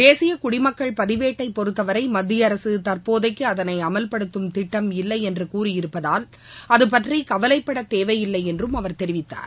தேசியகுடமக்கள் பதிவேட்டைபொறுத்தவரைமத்தியஅரசுதற்போதைக்குஅதனைஅமல்படுத்தும் திட்டம் இல்லைஎன்றுகூறியிருப்பதால் அதுபற்றிகவலைப்படத் தேவையில்லைஎன்றும் அவர் தெரிவித்தார்